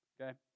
okay